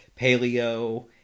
paleo